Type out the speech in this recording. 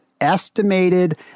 estimated